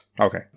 Okay